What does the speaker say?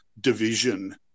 division